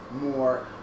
more